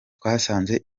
twasanze